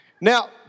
Now